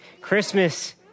Christmas